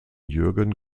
jürgen